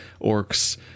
orcs